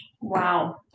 Wow